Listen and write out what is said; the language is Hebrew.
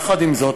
עם זאת,